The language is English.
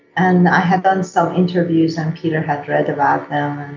and i had done some interviews and peter had read about them